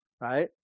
right